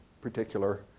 particular